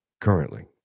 currently